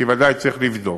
כי ודאי צריך לבדוק.